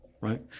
right